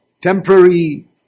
temporary